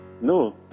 no